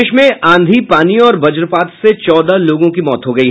प्रदेश में आंधी पानी और वज्रपात से चौदह लोगों की मौत हो गयी